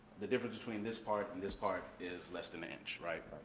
the difference between this part and this part is less than an inch, right?